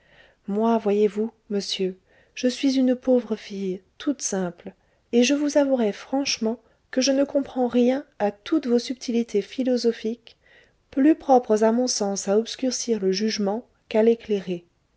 moi voyez-vous monsieur je suis une pauvre fille toute simple et je vous avouerai franchement que je ne comprends rien à toutes vos subtilités philosophiques plus propres à mon sens à obscurcir le jugement qu'à l'éclairer